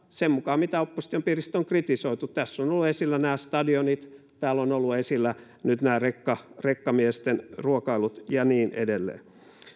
sen mukaan mitä opposition piiristä on kritisoitu tässä ovat olleet esillä nämä stadionit täällä ovat olleet esillä nyt nämä rekkamiesten rekkamiesten ruokailut ja niin edelleen